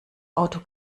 auto